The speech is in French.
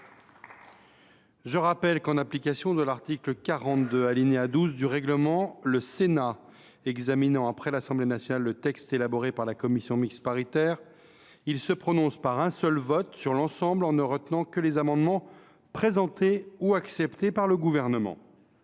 Je rappelle que, en application de l’article 42, alinéa 12, du règlement, le Sénat examinant après l’Assemblée nationale le texte élaboré par la commission mixte paritaire, il se prononce par un seul vote sur l’ensemble du texte en ne retenant que les amendements présentés ou acceptés par le Gouvernement.